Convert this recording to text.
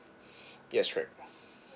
yes right